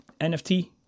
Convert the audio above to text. NFT